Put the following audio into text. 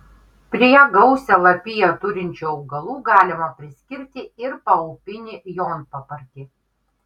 prie gausią lapiją turinčių augalų galima priskirti ir paupinį jonpapartį